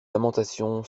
lamentation